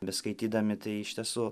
beskaitydami tai iš tiesų